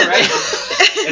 Right